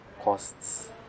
costs